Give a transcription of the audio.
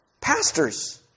Pastors